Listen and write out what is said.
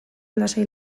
lasai